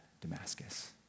Damascus